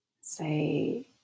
say